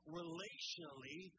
relationally